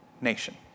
nation